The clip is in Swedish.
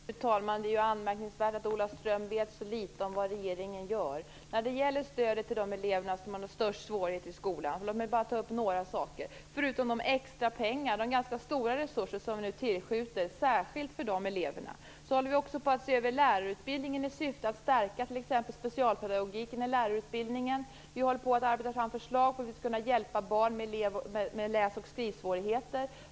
Fru talman! Det är anmärkningsvärt att Ola Ström vet så litet om vad regeringen gör. Låt mig bara ta upp ett par saker när det gäller stödet till de elever som har störst svårighet i skolan. Förutom de extra pengar - och det är ganska stora resurser - som vi nu tillskjuter särskilt för dessa elever ser vi också över lärarutbildningen i syfte att där stärka t.ex. specialpedagogiken. Vi arbetar också fram förslag på hur vi skall kunna hjälpa barn med läs och skrivsvårigheter.